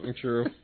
True